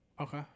Okay